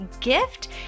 gift